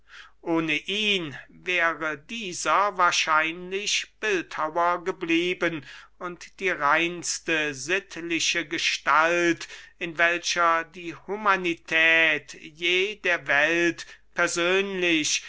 ohne ihn wäre dieser wahrscheinlich bildhauer geblieben und die reinste sittliche gestalt in welcher die humanität je der welt persönlich